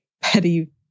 petty